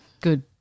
good